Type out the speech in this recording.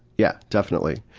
yeah. definitely.